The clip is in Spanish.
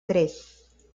tres